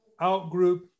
out-group